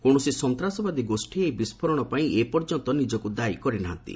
କୌଣସି ସନ୍ତାସବାଦୀ ଗୋଷ୍ଠୀ ଏହି ବିସ୍କୋରଣ ପାଇଁ ଏପର୍ଯ୍ୟନ୍ତ ନିଜକୁ ଦାୟୀ କରିନାହାନ୍ତି